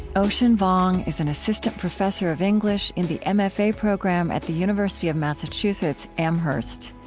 ocean vuong is an assistant professor of english in the mfa program at the university of massachusetts amherst.